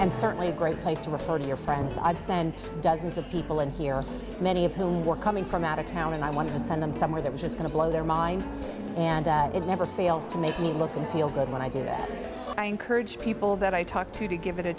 and certainly a great place to refer to your friends i've sent dozens of people in here many of whom were coming from out of town and i want to send them somewhere that was going to blow their mind and it never fails to make me look and feel good when i do that i encourage people that i talk to to give it a